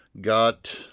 got